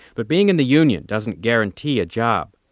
but being in the union doesn't guarantee a job.